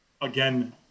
again